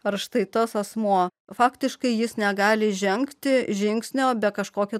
ar štai tas asmuo faktiškai jis negali žengti žingsnio be kažkokio